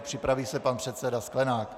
Připraví se pan předseda Sklenák.